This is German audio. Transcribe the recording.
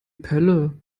pelle